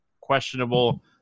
questionable